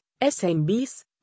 SMBs